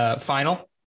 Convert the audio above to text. final